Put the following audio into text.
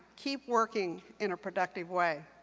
keep working in a productive way.